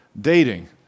dating